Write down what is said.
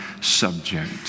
subject